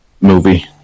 movie